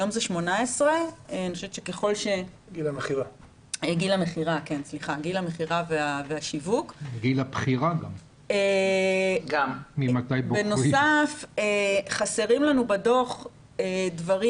היום זה 18. בנוסף חסרים לנו בדו"ח דברים